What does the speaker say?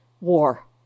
War